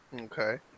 Okay